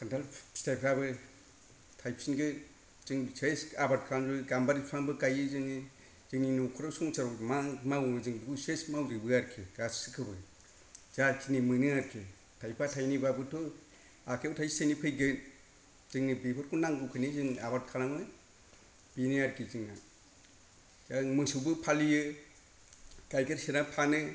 खान्थाल फिथाइफोराबो थायफिनगोन जों सेस आबाद खालाम जोबो गामबारि बिफांबो गायो जोङो जोंनि नखराव संसाराव मा मावो बेखौ सेस मावजोबो आरखि गासिखौबो जाखिनि मोनो आरखि थाइफा थाइनै बाबोथ' आखाइयाव थाइसे थाइनै फैगोन जोंनो बेफोरखौ नांगौखायनो जों आबाद खालामो बेनो आरखि जोंना जों मोसौबो फालियो गायखेर सेरना फानो